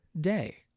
day